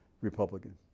Republican